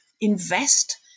invest